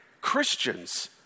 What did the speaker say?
Christians